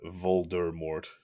Voldemort